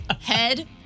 head